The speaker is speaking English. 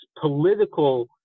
political